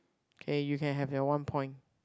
K you can have your one point